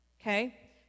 okay